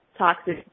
toxic